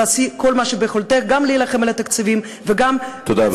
תעשי כל מה שביכולתך גם להילחם על התקציבים וגם -- תודה רבה.